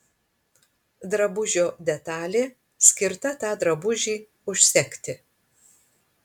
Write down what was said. drabužio detalė skirta tą drabužį užsegti